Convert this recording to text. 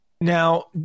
Now